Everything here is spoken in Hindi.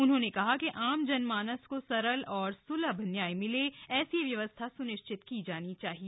उन्होंने कहा कि आम जनमानस को सरल और सुलभ न्याय मिले ऐसी व्यवस्था सुनिश्चित की जानी चाहिए